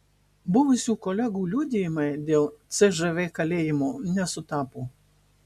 buvusių kolegų liudijimai dėl cžv kalėjimo nesutapo